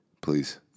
please